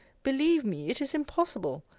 believe me, it is impossible.